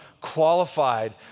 qualified